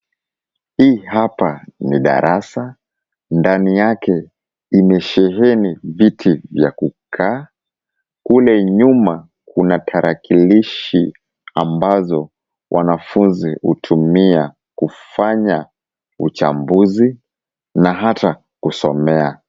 Hii hapa ni darasa, ndani yake imesheheni viti vya kukaa .Kule nyuma kuna tarakilishi ambazo wanafunzi hutumia kufanya uchambuzi na hata kusomea